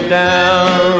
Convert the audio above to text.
down